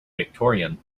victorian